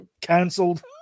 cancelled